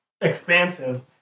expansive